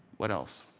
what else.